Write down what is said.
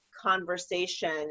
conversation